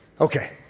Okay